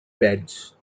beds